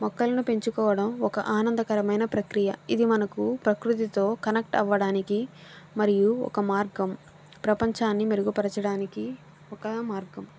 మొక్కల్ను పెంచుకోవడం ఒక ఆనందకరమైన ప్రక్రియ ఇది మనకు ప్రకృతితో కనెక్ట్ అవ్వడానికి మరియు ఒక మార్గం ప్రపంచాన్ని మెరుగుపరచడానికి ఒక మార్గం